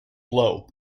low